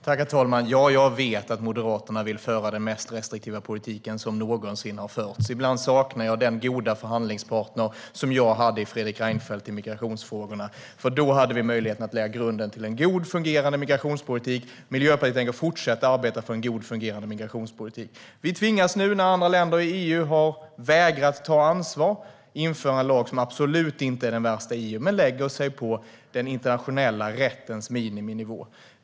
Herr talman! Ja, jag vet att Moderaterna vill föra den mest restriktiva politik som någonsin har förts. Ibland saknar jag den goda förhandlingspartner i migrationsfrågorna som jag hade i Fredrik Reinfeldt. Då hade vi möjlighet att lägga grunden till en god fungerade migrationspolitik. Miljöpartiet tänker fortsätta att arbeta för en god fungerande migrationspolitik. Nu när andra länder i EU har vägrat att ta ansvar tvingas vi införa en lag som absolut inte är den värsta i EU, men den ligger på den internationella rättens miniminivå.